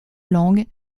langue